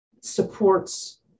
supports